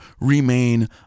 remain